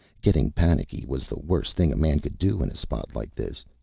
getting panicky was the worst thing a man could do in a spot like this.